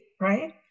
right